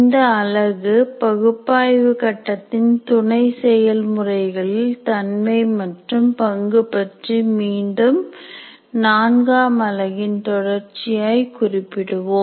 இந்த அலகு பகுப்பாய்வு கட்டத்தின் துணை செயல்முறைகளில் தன்மை மற்றும் பங்கு பற்றி மீண்டும் நான்காம் அலகின் தொடர்ச்சியாய் குறிப்பிடுவோம்